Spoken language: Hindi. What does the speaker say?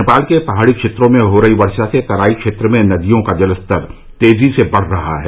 नेपाल के पहाड़ी क्षेत्रों में हो रही वर्षा से तराई क्षेत्र में नदियों का जलस्तर तेजी से बढ़ रहा है